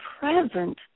present